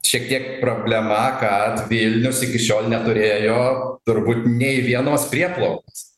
šiek tiek problema kad vilnius iki šiol neturėjo turbūt nei vienos prieplaukos